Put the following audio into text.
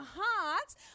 hearts